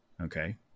okay